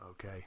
Okay